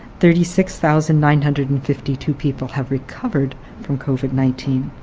thirty six thousand nine hundred and fifty two people have recovered from covid nineteen.